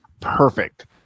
perfect